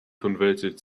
converted